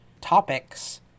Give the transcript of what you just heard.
topics